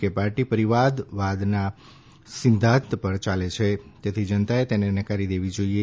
કે પાર્ટી પરિવારવાદના સિધ્ધાંત પર યાલે છેતેથી જનતાએ તેને નકારી દેવી જોઇએ